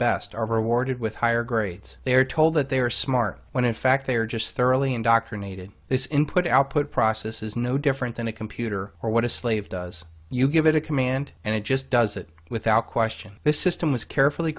best are rewarded with higher grades they are told that they are smart when in fact they are just thoroughly indoctrinated this input output process is no different than a computer or what a slave does you give it a command and it just does it without question this system was carefully